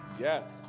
Yes